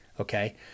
Okay